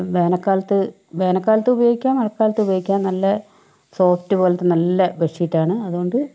വേനൽക്കാലത്ത് വേനൽക്കാലത്തും ഉപയോഗിക്കാം മഴക്കാലത്തും ഉപയോഗിക്കാം നല്ല സോഫ്റ്റ് പോലത്തെ നല്ല ബെഡ്ഷീറ്റാണ് അതുകൊണ്ട്